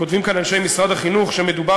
כותבים כאן אנשי משרד החינוך שמדובר